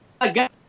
again